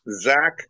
Zach